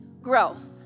Growth